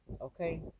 okay